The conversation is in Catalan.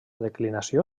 declinació